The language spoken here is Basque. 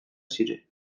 ziren